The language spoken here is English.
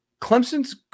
Clemson's